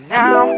now